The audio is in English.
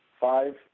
five